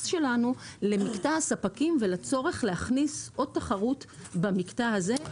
שלנו למקטע הספקים ולצורך להכניס עוד תחרות במקטע הזה.